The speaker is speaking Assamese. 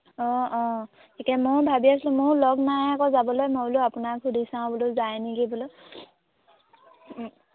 অঁ অঁ ঠিকে ময়ো ভাবি আছোঁ ময়ো লগ নাই আকৌ যাবলৈ মই বোলো আপোনাক সুধি চাওঁ বোলো যায় নেকি বোলো